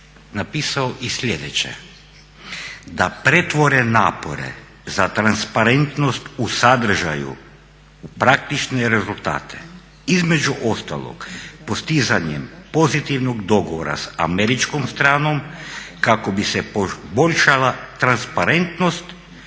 napisao i sljedeće, da pretvore napore za transparentnost u sadržaju praktične rezultate između ostalog postizanjem pozitivnog dogovora s američkom stranom kako bi se poboljšala transparentnost